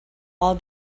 all